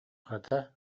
хата